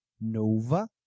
Nova